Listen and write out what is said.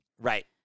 Right